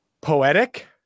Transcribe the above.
poetic